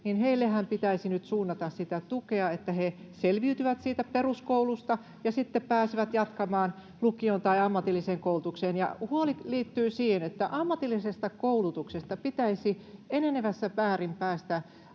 heillehän pitäisi nyt suunnata tukea, että he selviytyvät siitä peruskoulusta ja sitten pääsevät jatkamaan lukioon tai ammatilliseen koulutukseen. Ja huoli liittyy siihen, että ammatillisesta koulutuksesta pitäisi enenevässä määrin päästä